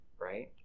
Right